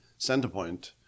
Centerpoint